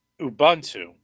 Ubuntu